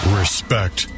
respect